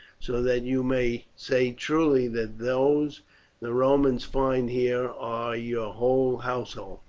so that you may say truly that those the romans find here are your whole household,